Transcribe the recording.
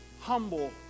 Humble